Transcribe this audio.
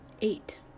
eight